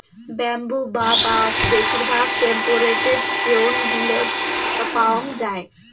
bamboo বা বাঁশ বেশিরভাগ টেম্পেরেট জোন গুলোত পাওয়াঙ যাই